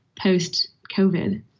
post-COVID